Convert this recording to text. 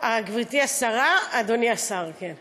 גברתי השרה, אדוני השר, כן,